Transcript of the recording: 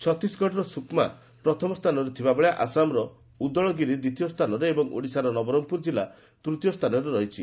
ଛତିଶଗଡ଼ର ସୁକ୍ମା ପ୍ରଥମ ସ୍ଚାନରେ ଥିବାବେଳେ ଆସାମର ଉଦଳଗିରି ଦ୍ୱିତୀୟ ସ୍ଥାନରେ ଏବଂ ଓଡ଼ିଶାର ନବରଙ୍ଙପୁର ତୃତୀୟ ସ୍ଥାନରେ ରହିଛି